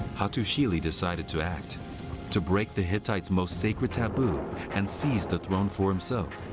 hattusili decided to act to break the hittites most sacred taboo and seize the throne for himself.